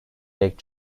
pek